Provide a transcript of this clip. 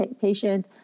patient